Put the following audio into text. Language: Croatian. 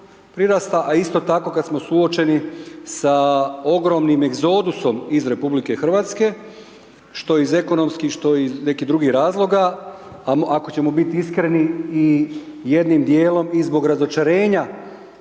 prirasta a isto tako kada smo suočeni sa ogromnim egzodusom iz RH što iz ekonomskih, što iz nekih drugih razloga. A ako ćemo biti iskreni i jednim dijelom i zbog razočarenja